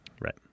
Right